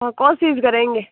हम कोशिश करेंगे